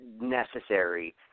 necessary